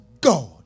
God